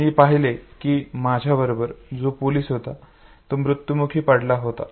मी पहिले की माझ्याबरोबर जो पोलीस होता तो मृत्यूमुखी पडला होता